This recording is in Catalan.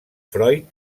freud